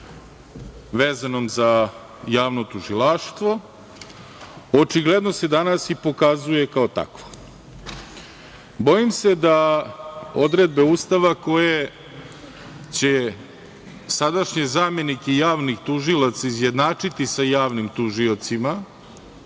vezano za javno tužilaštvo očigledno se danas i pokazuje kao takvo. Bojim se da odredbe Ustava koje će sadašnje zamenike javnih tužilaca izjednačiti sa javnim tužiocima